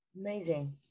amazing